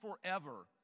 forever